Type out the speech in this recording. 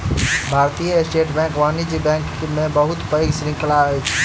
भारतीय state bank वाणिज्य bank के बहुत पैघ श्रृंखला अछि